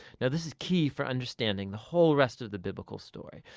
now this is key for understanding the whole rest of the biblical story.